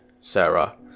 Sarah